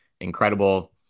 incredible